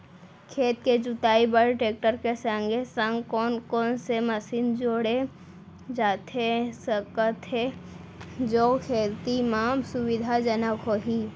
खेत के जुताई बर टेकटर के संगे संग कोन कोन से मशीन जोड़ा जाथे सकत हे जो खेती म सुविधाजनक होही?